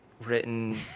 written